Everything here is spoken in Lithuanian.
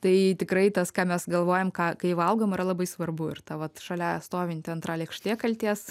tai tikrai tas ką mes galvojame ką kai valgom yra labai svarbu ir ta vat šalia stovinti antra lėkštė kaltės